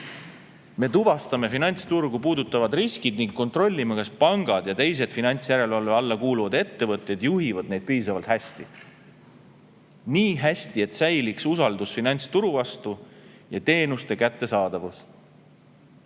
Me tuvastame finantsturgu puudutavad riskid ning kontrollime, kas pangad ja teised finantsjärelevalve alla kuuluvad ettevõtted juhivad neid piisavalt hästi. Nii hästi, et säiliks usaldus finantsturu vastu ja teenuste kättesaadavus.